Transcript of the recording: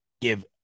give